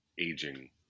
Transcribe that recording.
aging